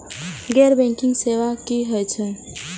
गैर बैंकिंग सेवा की होय छेय?